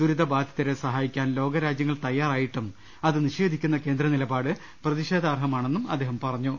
ദുരിതബാധിതരെ സഹായിക്കാൻ ലോകരാജ്യങ്ങൾ തയാറായിട്ടും അത് നിഷേധിക്കുന്ന കേന്ദ്രനിലപ്പാട് പ്രതിഷേധാർഹ മാണെന്നും അദ്ദേഹം പറഞ്ഞു